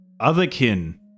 Otherkin